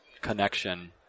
connection